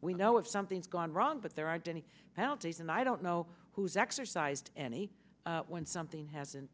we know if something's gone wrong but there aren't any counties and i don't know who's exercised any when something hasn't